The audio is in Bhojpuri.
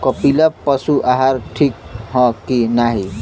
कपिला पशु आहार ठीक ह कि नाही?